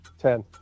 Ten